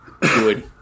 Good